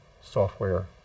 software